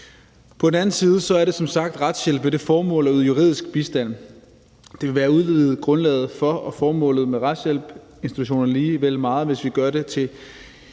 På den anden side er det som sagt retshjælp med det formål at yde juridisk bistand. Det vil være at udvide grundlaget for og formålet med retshjælpsinstitutionerne lige vel meget, hvis vi udvider det til